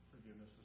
forgiveness